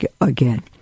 again